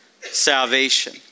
Salvation